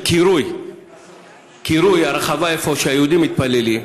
של קירוי הרחבה במקום שהיהודים מתפללים,